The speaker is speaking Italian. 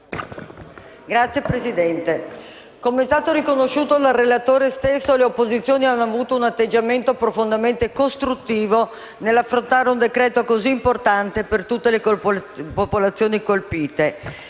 Signora Presidente, come è stato riconosciuto dal relatore stesso, le opposizioni hanno avuto un atteggiamento profondamente costruttivo nell'affrontare un decreto-legge così importante per tutte le popolazioni colpite